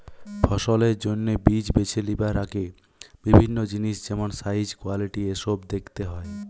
ফসলের জন্যে বীজ বেছে লিবার আগে বিভিন্ন জিনিস যেমন সাইজ, কোয়ালিটি এসোব দেখতে হয়